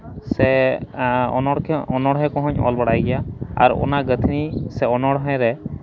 ᱥᱮ ᱚᱱᱚᱬᱦᱮ ᱠᱚᱦᱚᱸᱧ ᱚᱞ ᱵᱟᱲᱟᱭ ᱜᱮᱭᱟ ᱟᱨ ᱚᱱᱟ ᱜᱟᱹᱛᱷᱱᱤ ᱥᱮ ᱚᱱᱚᱬᱦᱮ ᱨᱮ